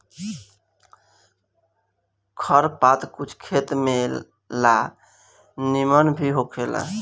खर पात कुछ खेत में ला निमन भी होखेला